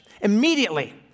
immediately